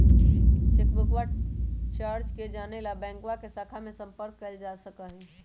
चेकबुकवा चार्ज के जाने ला बैंकवा के शाखा में संपर्क कइल जा सका हई